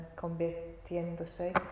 convirtiéndose